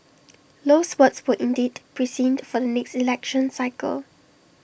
Low's words were indeed prescient for the next election cycle